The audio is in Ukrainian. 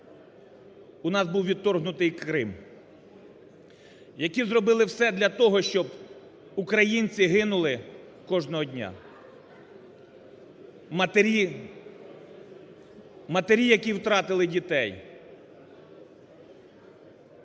у нас був відторгнутий Крим. Які зробили все для того, щоб українці гинули кожного дня, матері, які втратили дітей,